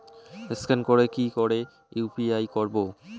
Scan করে কি করে ইউ.পি.আই করবো?